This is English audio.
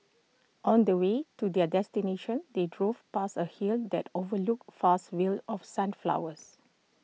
on the way to their destination they drove past A hill that overlooked vast fields of sunflowers